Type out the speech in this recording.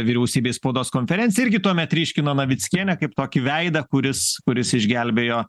vyriausybės spaudos konferencija irgi tuomet ryškino navickienę kaip tokį veidą kuris kuris išgelbėjo